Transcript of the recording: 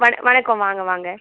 வணக்கம் வணக்கம் வாங்க வாங்க